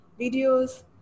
videos